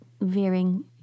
veering